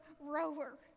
rower